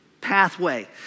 pathway